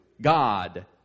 god